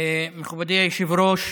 מכובדי היושב-ראש,